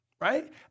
right